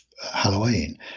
halloween